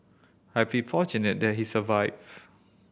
I feel fortunate that he survived